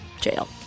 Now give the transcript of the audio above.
jail